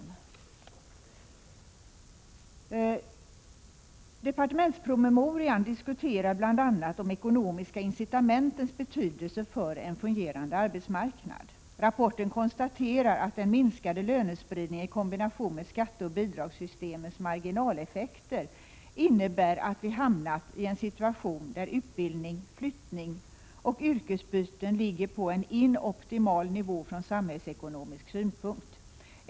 I departementspromemorian diskuteras bl.a. de ekonomiska incitamentens betydelse för en fungerande arbetsmarknad. I rapporten konstateras att den minskade lönespridningen i kombination med skatteoch bidragssystemens marginaleffekter innebär att vi ”hamnat i en situation där utbildning, flyttning och yrkesbyten ligger på en inoptimal nivå från samhällsekonomisk synpunkt”.